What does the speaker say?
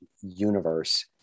universe